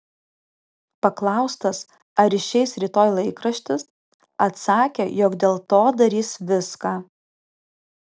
paklaustas ar išeis rytoj laikraštis atsakė jog dėl to darys viską